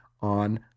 on